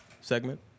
segment